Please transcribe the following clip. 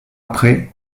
après